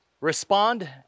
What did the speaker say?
respond